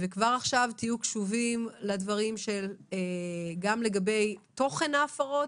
וכבר עכשיו תהיו קשובים לדברים גם לגבי תוכן ההפרות